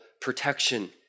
protection